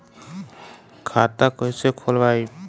खाता कईसे खोलबाइ?